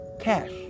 cash